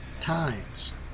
times